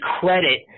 credit